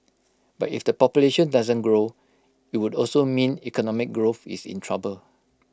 but if the population doesn't grow IT would also mean economic growth is in trouble